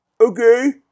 Okay